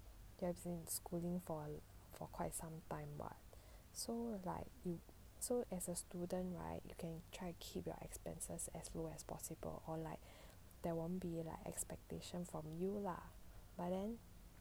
you've been schooling for a for quite some time [what] so like you so as a student right you can try keep your expenses as low as possible or like there won't be like expectation from you lah but then